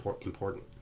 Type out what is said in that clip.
important